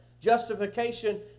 Justification